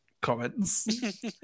comments